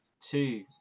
two